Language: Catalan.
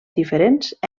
diferents